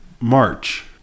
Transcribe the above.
March